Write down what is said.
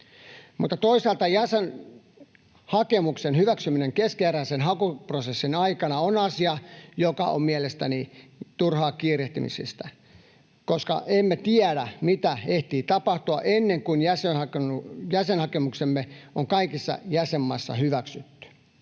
Mutta toisaalta jäsenhakemuksen hyväksyminen keskeneräisen hakuprosessin aikana on asia, joka on mielestäni turhaa kiirehtimistä, koska emme tiedä, mitä ehtii tapahtua ennen kuin jäsenhakemuksemme on kaikissa jäsenmaissa hyväksytty.